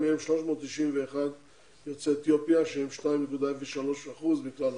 מהם 391 יוצאי אתיופיה שהם 2.03% מכלל העובדים.